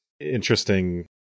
interesting